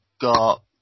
got